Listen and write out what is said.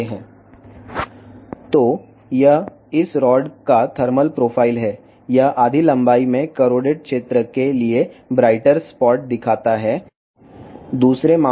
కాబట్టి ఇది ఈ రాడ్ యొక్క థర్మల్ ప్రొఫైల్ ఇది సగం పొడవులో తుప్పు ఉన్న ప్రాంతానికి చెందిన ప్రకాశవంతమైన మచ్చలను చూపుతుంది